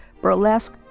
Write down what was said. burlesque